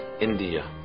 India